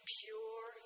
pure